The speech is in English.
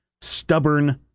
stubborn